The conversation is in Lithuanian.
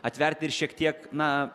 atverti ir šiek tiek na